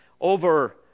over